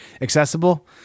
accessible